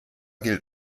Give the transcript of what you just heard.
gilt